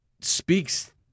speaks